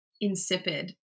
insipid